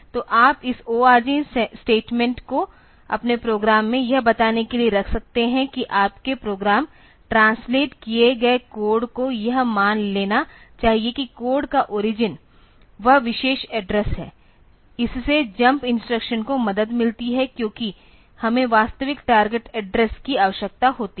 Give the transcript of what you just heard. तो आप इस ORG स्टेटमेंट को अपने प्रोग्राम में यह बताने के लिए रख सकते हैं कि आपके प्रोग्राम ट्रांसलेट किए गए कोड को यह मान लेना चाहिए कि कोड का ओरिजिन वह विशेष एड्रेस है इससे जंप इंस्ट्रक्शंस को मदद मिलती है क्योंकि हमें वास्तविक टारगेट एड्रेस की आवश्यकता होती है